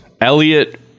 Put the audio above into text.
Elliot